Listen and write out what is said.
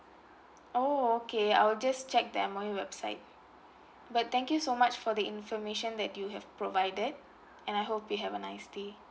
oh okay I'll just check them on the M_O_E website but thank you so much for the information that you have provided and I hope you have a nice day